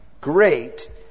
Great